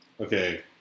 Okay